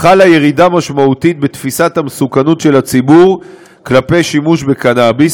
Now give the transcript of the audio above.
חלה ירידה משמעותית בתפיסת המסוכנות של הציבור כלפי שימוש בקנאביס,